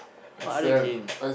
what other games